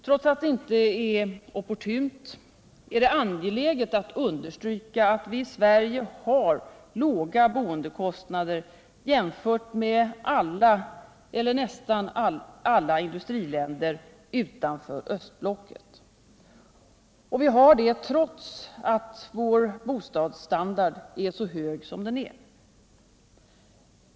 Trots att det inte är opportunt är det angeläget att understryka att vi i Sverige har låga boendekostnader jämfört med boendekostnaderna i alla eller nästan alla industriländer utanför östblocket. Och vi har det trots att vår bostadsstandard är så hög som den är.